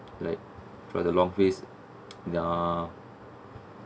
like like throughout the long phase ya